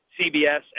CBS